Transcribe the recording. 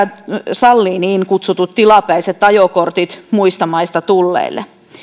sallii niin kutsutut tilapäiset ajokortit muista maista tulleille